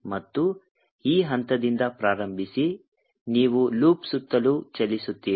ಮತ್ತು ಈ ಹಂತದಿಂದ ಪ್ರಾರಂಭಿಸಿ ನೀವು ಲೂಪ್ ಸುತ್ತಲೂ ಚಲಿಸುತ್ತೀರಿ